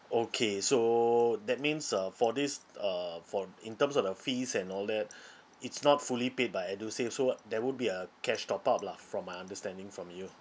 okay so that means uh for this uh for in terms of the fees and all that it's not fully paid by edusave so there would be a cash top up lah from my understanding from you